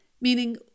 Meaning